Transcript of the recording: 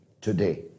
today